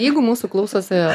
jeigu mūsų klausosi